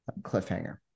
cliffhanger